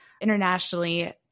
internationally